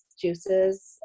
juices